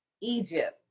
Egypt